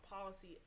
policy